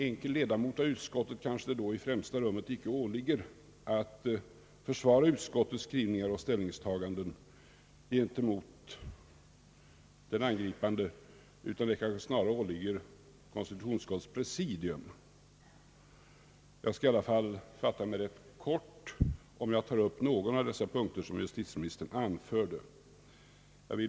Det åligger kanske inte i främsta rummet en enkel ledamot av utskottet att försvara utskottets skrivningar och ställningstaganden gentemot den angripande, utan detta kanske snarare åligger konstitutionsutskotiets presidium. Jag skall fatta mig kort men i alla fall ta upp några av de punkter justitieministern anförde.